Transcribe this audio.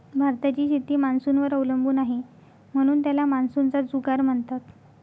भारताची शेती मान्सूनवर अवलंबून आहे, म्हणून त्याला मान्सूनचा जुगार म्हणतात